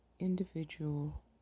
Individual